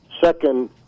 Second